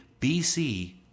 BC